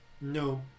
No